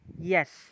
Yes